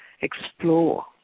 explore